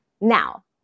Now